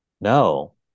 No